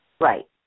Right